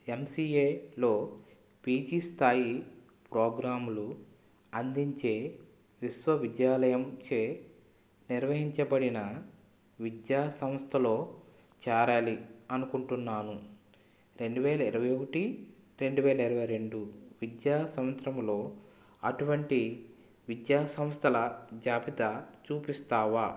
ఎంసిఏలో PG స్ధాయి ప్రోగ్రాంలు అందించే విశ్వవిద్యాలయంచే నిర్వహించబడిన విద్యా సంస్థలో చేరాలి అనుకుంటున్నాను రెండు వేల ఇరవై ఒకటి రెండు వేల ఇరవై రెండు విద్యా సంవత్సరంలో అటువంటి విద్యా సంస్థల జాబితా చూపిస్తావా